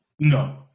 No